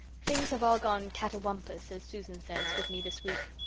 things have all gone catawampus as susan says, with me this week.